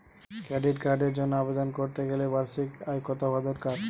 Credit কার্ডের জন্য আবেদন করতে গেলে বার্ষিক আয় কত হওয়া দরকার?